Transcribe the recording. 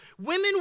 women